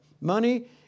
Money